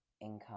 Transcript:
income